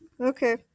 Okay